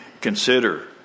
consider